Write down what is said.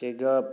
ꯆꯦꯒꯞ